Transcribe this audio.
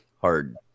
hard